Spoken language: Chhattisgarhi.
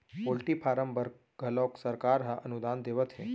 पोल्टी फारम बर घलोक सरकार ह अनुदान देवत हे